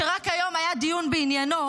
שרק היום היה דיון בעניינו,